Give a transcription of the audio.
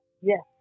Yes